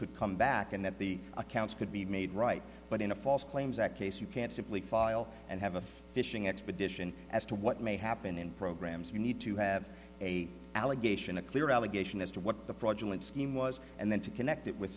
could come back and that the accounts could be made right but in a false claims that case you can't simply file and have a fishing expedition as to what may happen in programs you need to have a allegation a clear allegation as to what the fraudulent scheme was and then to connect it with